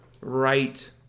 Right